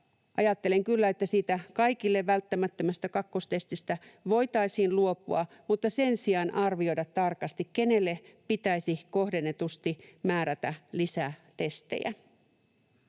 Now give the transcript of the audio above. ajattelen kyllä, että siitä kaikille välttämättömästä kakkostestistä voitaisiin luopua mutta sen sijaan arvioida tarkasti, kenelle pitäisi kohdennetusti määrätä lisätestejä.